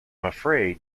afraid